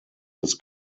his